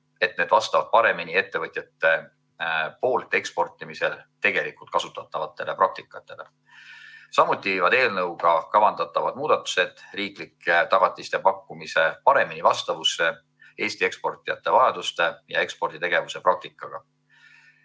et need vastaksid paremini ettevõtjate poolt eksportimisel tegelikult kasutatavatele praktikatele. Samuti viivad eelnõuga kavandatavad muudatused riiklike tagatiste pakkumise paremini vastavusse Eesti eksportijate vajaduste ja eksporditegevuse praktikaga.